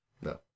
no